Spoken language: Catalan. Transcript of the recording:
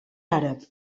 àrab